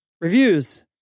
reviews